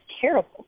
terrible